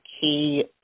key